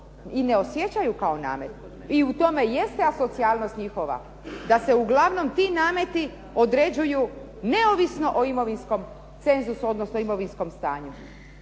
i ne osjećaju kao namet i u tome jeste asocijalnost njihova da se uglavnom ti namet određuju neovisno o imovinskom cenzusu, odnosno imovinskom stanju.